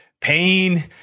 pain